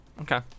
okay